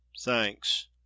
thanks